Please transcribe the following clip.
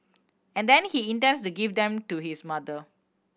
and then he intends to give them to his mother